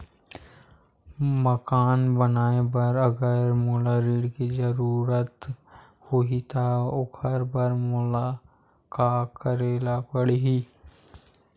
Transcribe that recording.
मकान बनाये बर अगर मोला ऋण के जरूरत होही त ओखर बर मोला का करे ल पड़हि?